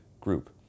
group